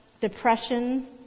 depression